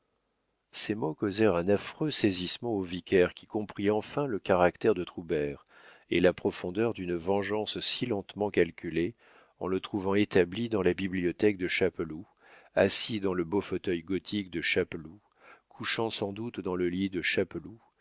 ces mots causèrent un affreux saisissement au vicaire qui comprit enfin le caractère de troubert et la profondeur d'une vengeance si lentement calculée en le trouvant établi dans la bibliothèque de chapeloud assis dans le beau fauteuil gothique de chapeloud couchant sans doute dans le lit de chapeloud